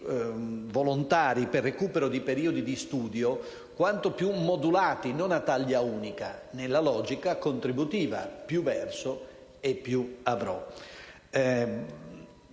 volontari per recupero di periodi di studio quanto più modulati, non a taglia unica, nella logica contributiva (più verso e più avrò);